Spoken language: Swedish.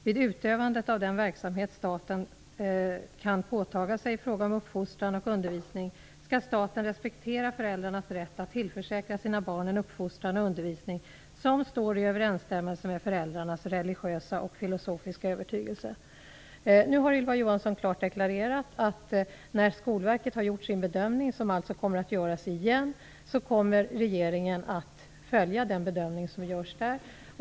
Vid utövandet av den verksamhet staten kan påtaga sig i fråga om uppfostran och undervisning skall staten respektera föräldrarnas rätt att tillförsäkra sina barn en uppfostran och undervisning som står i överensstämmelse med föräldrarnas religiösa och filosofiska övertygelse. Nu har Ylva Johansson klart deklarerat att när Skolverket har gjort sin bedömning - den kommer alltså att göras igen - kommer regeringen att följa denna bedömning.